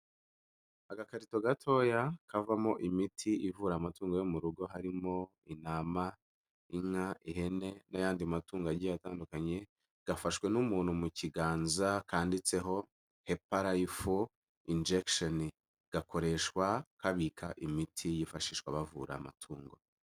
Agakarito gatoya kavamo imiti ivura amatungo yo mu rugo harimo intama, inka, ihene n'ayandi matungo agiye atandukanye, gafashwe n'umuntu mu kiganza kanditseho; heparifu injengisheni, gakoreshwa kabika imiti yifashishwa bavura amatungo.